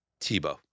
Tebow